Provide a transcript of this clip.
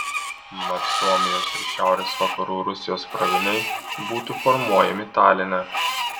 mat suomijos ir šiaurės vakarų rusijos kroviniai būtų formuojami taline